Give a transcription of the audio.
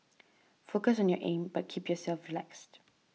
focus on your aim but keep yourself relaxed